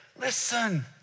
Listen